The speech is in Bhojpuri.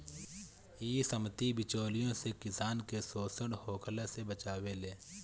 इ समिति बिचौलियों से किसान के शोषण होखला से बचावेले